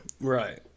right